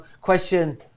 question